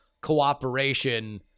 cooperation